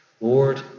Lord